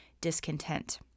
discontent